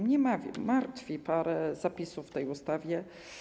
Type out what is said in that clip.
Mnie martwi parę zapisów w tej ustawie.